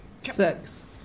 Six